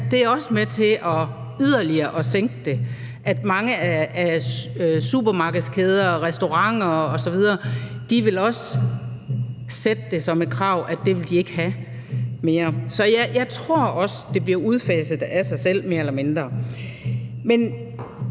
i dag, også er med til yderligere at sænke det. Mange supermarkedskæder og restauranter osv. også vil stille det som et krav, at det vil de ikke have mere. Så jeg tror også, at det bliver udfaset af sig selv mere eller mindre. Men